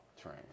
train